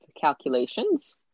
calculations